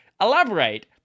Elaborate